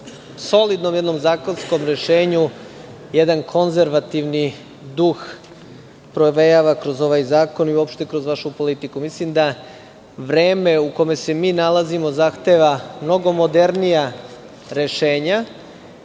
solidnom zakonskom rešenju, jedan konzervativni duh provejava kroz ovaj zakon i uopšte kroz vašu politiku. Mislim da vreme u kome se mi nalazimo zahteva mnogo modernija rešenja,